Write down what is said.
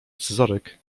scyzoryk